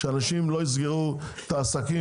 שאנשים לא יסגרו את העסקים,